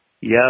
Yes